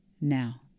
now